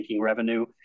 revenue